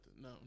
No